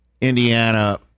Indiana